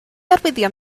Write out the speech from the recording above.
arwyddion